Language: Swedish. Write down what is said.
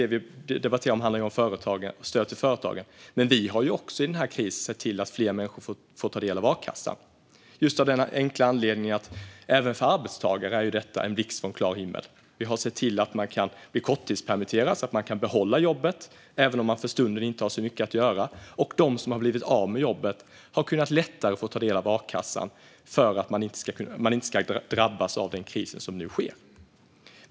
Det vi debatterar om i dag handlar ju om stöd till företagen, men vi har också i denna kris sett till att fler människor får ta del av akassan. Den enkla anledningen till det är att detta även för arbetstagare är en blixt från klar himmel. Vi har sett till att man kan bli korttidspermitterad, så att man kan behålla jobbet även om man för stunden inte har så mycket att göra. De som har blivit av med jobbet har lättare kunnat få ta del av a-kassan för att de inte ska drabbas av den kris som nu råder.